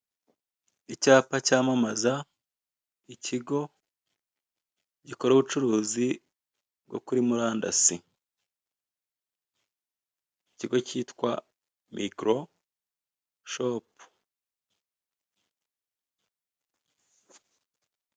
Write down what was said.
Icyapa cyamamaza ikigo gikora ubucuruzi bwo kuri murandasi. Ikigo kitwa mikoro shopu.